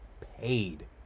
paid